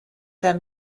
their